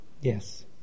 yes